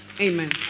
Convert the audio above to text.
Amen